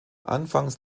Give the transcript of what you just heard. anfangs